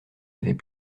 avait